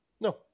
No